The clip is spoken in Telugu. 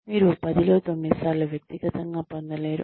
మీరు 10 లో 9 సార్లు వ్యక్తిగతంగా పొందలేరు